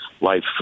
life